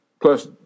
plus